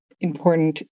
important